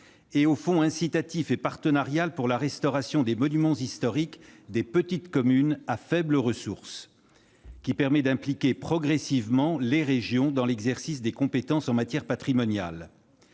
et au fonds incitatif et partenarial pour la restauration des monuments historiques des petites communes à faibles ressources, qui permet d'impliquer progressivement les régions dans l'exercice des compétences en matière patrimoniale.